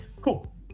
cool